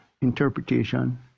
interpretation